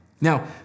Now